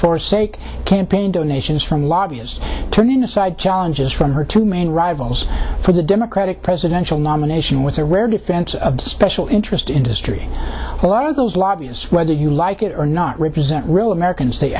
forsake campaign donations from lobbyist turning aside challenges from her two main rivals for the democratic presidential nomination with a rare defense of the special interest industry a lot of those lobbyists whether you like it or not represent real americans they